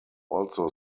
also